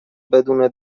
بدون